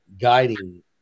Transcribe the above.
guiding